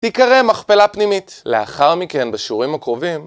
תקרא מכפלה פנימית. לאחר מכן, בשיעורים הקרובים